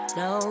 no